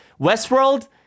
Westworld